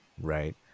right